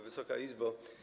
Wysoka Izbo!